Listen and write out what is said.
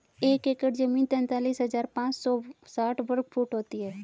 एक एकड़ जमीन तैंतालीस हजार पांच सौ साठ वर्ग फुट होती है